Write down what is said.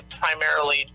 primarily